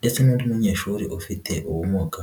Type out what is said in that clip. ndetse n'undi munyeshuri ufite ubumuga.